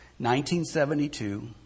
1972